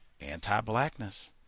anti-blackness